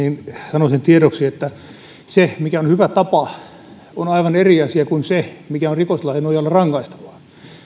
sanoisin tiedoksi että se mikä on hyvä tapa on aivan eri asia kuin se mikä on rikoslain nojalla rangaistavaa